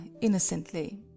innocently